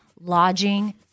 lodging